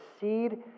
seed